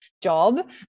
job